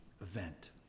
event